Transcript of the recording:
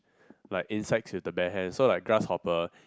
like insects with the bare hand so like grasshopper